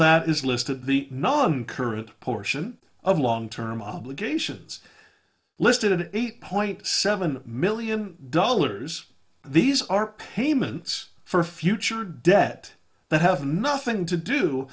that is listed the non current portion of long term obligations listed eight point seven million dollars these are payments for future debt that have nothing to do